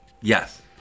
Yes